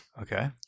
okay